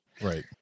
Right